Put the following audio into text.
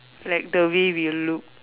like the way we look